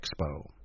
Expo